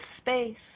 space